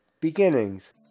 Beginnings